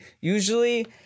usually